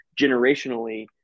generationally